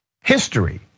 History